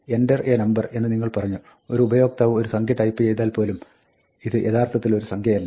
"enter a number" എന്ന് നിങ്ങൾ പറഞ്ഞു ഒരു ഉപയോക്താവ് ഒരു സംഖ്യ ടൈപ്പ് ചെയ്താൽ പോലും ഇത് യഥാർത്ഥത്തിൽ ഒരു സംഖ്യയല്ല